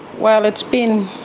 well, it's been